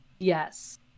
yes